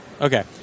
Okay